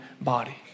body